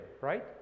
right